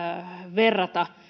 verrata